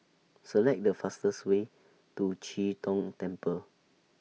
Select The fastest Way to Chee Tong Temple